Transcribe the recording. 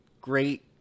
great